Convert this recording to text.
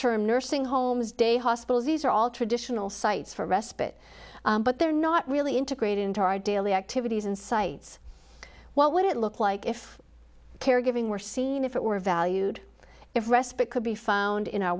term nursing homes day hospitals these are all traditional sites for respite but they're not really integrated into our daily activities and sites what would it look like if caregiving were seen if it were valued if respite could be found in our